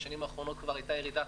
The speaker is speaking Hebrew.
בשנים האחרונות כבר הייתה ירידה.